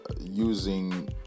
using